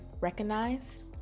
recognized